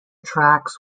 tracks